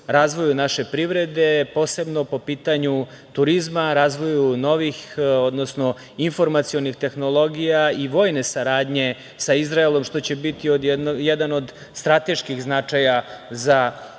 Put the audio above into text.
razvoju naše privrede, posebno po pitanju turizma, razvoju novih, odnosno informacionih tehnologija i vojne saradnje sa Izraelom, što će biti jedan od strateških značaja za našu